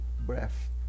breath